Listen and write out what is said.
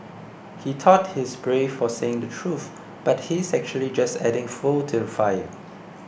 he thought he's brave for saying the truth but he's actually just adding fuel to fire